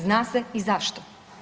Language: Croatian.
Zna se i zašto.